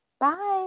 Bye